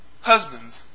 Husbands